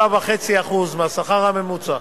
מהשכר הממוצע,